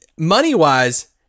Money-wise